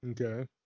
Okay